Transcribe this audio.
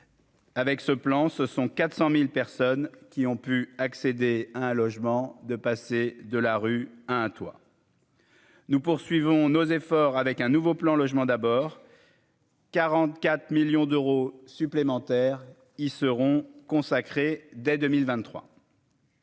Avec ce plan, ce sont 400000 personnes qui ont pu accéder à un logement de passer de la rue un toi. Nous poursuivons nos efforts avec un nouveau plan logement d'abord. 44 millions d'euros supplémentaires y seront consacrés dès 2023.